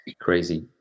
crazy